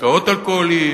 משקאות אלכוהוליים,